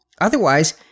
Otherwise